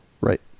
Right